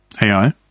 AI